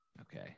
Okay